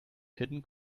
hidden